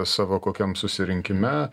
savo kokiam susirinkime